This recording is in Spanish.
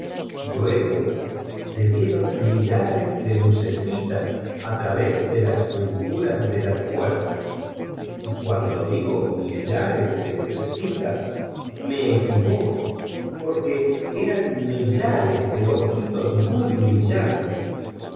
luego se vieron mi llat'cs de lucecitas ti través de las junturas ele las puer las y cuando digo millares de lucecitas mo equivoco porque eran milbres de ojitos muy brillantes